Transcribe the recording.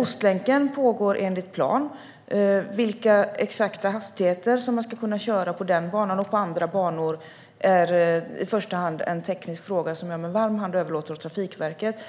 Ostlänken pågår enligt plan. Exakt i vilka hastigheter man ska kunna köra på den banan och på andra banor är i första hand en teknisk fråga som jag med varm hand överlåter åt Trafikverket.